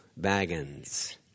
Baggins